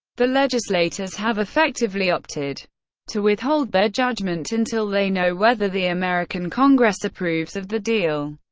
the legislators have effectively opted to withhold their judgment until they know whether the american congress approves of the deal.